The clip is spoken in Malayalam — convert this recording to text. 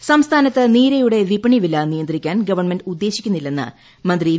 സുനിൽകുമാർ സംസ്ഥാനത്ത് നീരയുടെ വിപണി വില നിയന്ത്രിക്കാൻ ഗവൺമെന്റ് ഉദ്ദേശിക്കുന്നില്ലെന്ന് മന്ത്രി വി